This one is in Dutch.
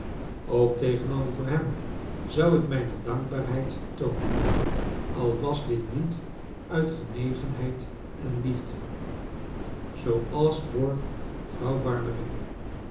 ook tegenover hem zou ik mijne dankbaarheid toonen al was dit niet uit genegenheid en liefde zooals voor vrouw